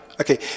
Okay